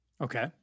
Okay